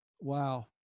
Wow